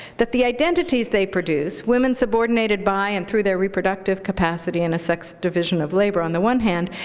that the identities they produce women subordinated by and through their reproductive capacity in a sexed division of labor on the one hand,